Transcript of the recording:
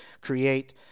create